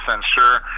sure